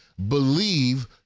believe